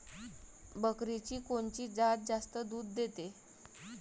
बकरीची कोनची जात जास्त दूध देते?